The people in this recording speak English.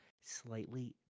slightly